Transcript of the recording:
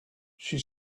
she